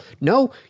No